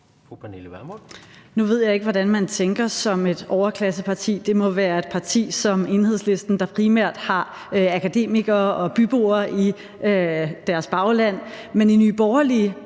Nu ved jeg ikke, hvordan man tænker som et overklasseparti. Det må være et parti som Enhedslisten, der primært har akademikere og byboere i deres bagland. Men i Nye Borgerlige